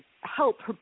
help